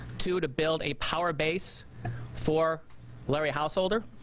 to to build a power base for larry householder.